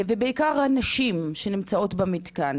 ובעיקר הנשים שנמצאות במתקן.